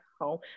home